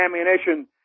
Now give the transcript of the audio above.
ammunition